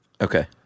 Okay